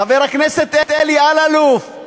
חבר הכנסת אלי אלאלוף,